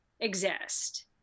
exist